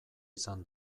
izan